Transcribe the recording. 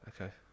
Okay